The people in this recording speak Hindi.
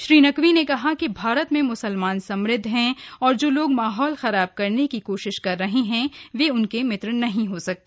श्री नकवी ने कहा कि भारत में मुसलमान समृद्ध हैं और जो लोग माहौल को खराब करने की कोशिश कर रहे हैं वे उनके मित्र नहीं हो सकते